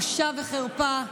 בושה וחרפה.